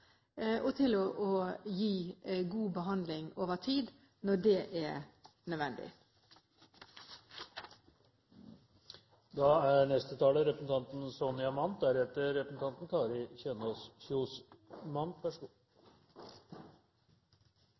riktig og til å gi god behandling over tid når det er